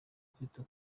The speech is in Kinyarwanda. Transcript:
kwita